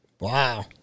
Wow